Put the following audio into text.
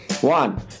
one